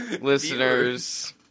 listeners